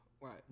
Right